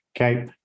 okay